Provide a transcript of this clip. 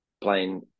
playing